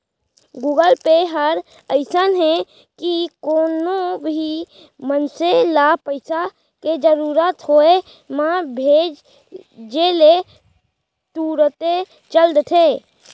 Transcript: Google Pay हर अइसन हे कि कोनो भी मनसे ल पइसा के जरूरत होय म भेजे ले तुरते चल देथे